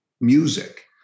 music